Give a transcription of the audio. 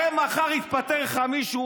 הרי מחר יתפטר לך מישהו,